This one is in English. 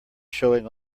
showing